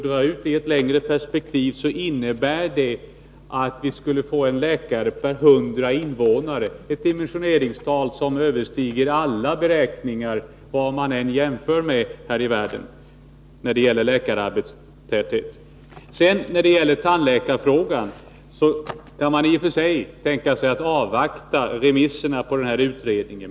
Sett i ett längre perspektiv innebär det att vi skulle få en läkare per 100 invånare, alltså ett dimensioneringstal som överstiger alla beräkningar och som när det gäller läkartäthet ligger högre än på alla andra håll i världen, oavsett vilket land man jämför med. När det gäller tandläkarfrågan kan man i och för sig tänka sig att avvakta remissvaren på tandvårdsutredningen.